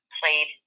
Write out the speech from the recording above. played